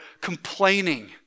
complaining